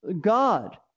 God